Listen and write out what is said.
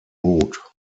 mut